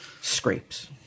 scrapes